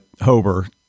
Hober